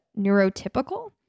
neurotypical